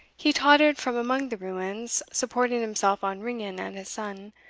he tottered from among the ruins, supporting himself on ringan and his son,